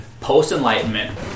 post-enlightenment